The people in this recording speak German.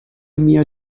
mir